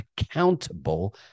accountable